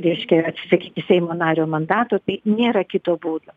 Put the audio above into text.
reiškia atsisakyti seimo nario mandato tai nėra kito būdo